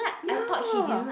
ya